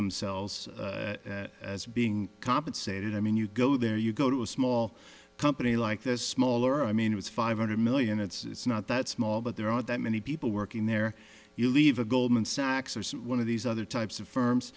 themselves as being compensated i mean you go there you go to a small company like this smaller i mean it's five hundred million it's not that small but there aren't that many people working there you leave a goldman sachs or some one of these other types of firms